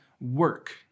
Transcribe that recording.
work